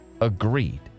agreed